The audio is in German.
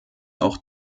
auch